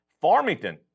Farmington